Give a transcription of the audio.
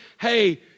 hey